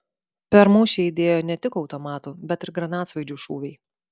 per mūšį aidėjo ne tik automatų bet ir granatsvaidžių šūviai